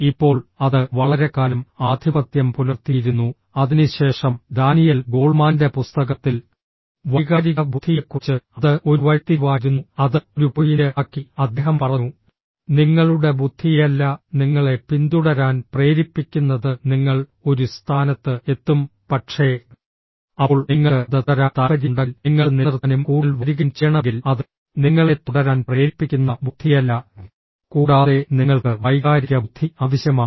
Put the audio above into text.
ഇപ്പോൾ അത് വളരെക്കാലം ആധിപത്യം പുലർത്തിയിരുന്നു അതിനുശേഷം ഡാനിയൽ ഗോൾമാന്റെ പുസ്തകത്തിൽ വൈകാരിക ബുദ്ധിയെക്കുറിച്ച് അത് ഒരു വഴിത്തിരിവായിരുന്നു അത് ഒരു പോയിന്റ് ആക്കി അദ്ദേഹം പറഞ്ഞു നിങ്ങളുടെ ബുദ്ധിയല്ല നിങ്ങളെ പിന്തുടരാൻ പ്രേരിപ്പിക്കുന്നത് നിങ്ങൾ ഒരു സ്ഥാനത്ത് എത്തും പക്ഷേ അപ്പോൾ നിങ്ങൾക്ക് അത് തുടരാൻ താൽപ്പര്യമുണ്ടെങ്കിൽ നിങ്ങൾക്ക് നിലനിർത്താനും കൂടുതൽ വളരുകയും ചെയ്യണമെങ്കിൽ അത് നിങ്ങളെ തുടരാൻ പ്രേരിപ്പിക്കുന്ന ബുദ്ധിയല്ല കൂടാതെ നിങ്ങൾക്ക് വൈകാരിക ബുദ്ധി ആവശ്യമാണ്